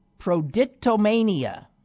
Prodictomania